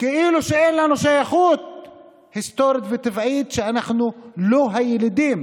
כאילו שאין לנו שייכות היסטורית וטבעית שאנחנו לא הילידים